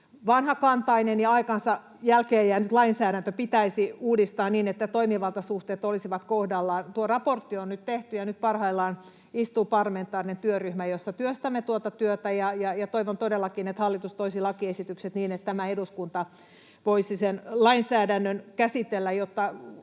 vanhakantainen ja ajastaan jälkeenjäänyt lainsäädäntö pitäisi uudistaa niin, että toimivaltasuhteet olisivat kohdallaan. Tuo raportti on nyt tehty, ja nyt parhaillaan istuu parlamentaarinen työryhmä, jossa työstämme tuota työtä, ja toivon todellakin, että hallitus toisi lakiesitykset niin, että tämä eduskunta voisi sen lainsäädännön käsitellä,